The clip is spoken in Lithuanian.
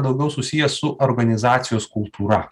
daugiau susiję su organizacijos kultūra